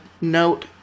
note